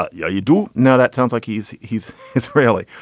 ah yeah, you do know that sounds like he's he's israeli.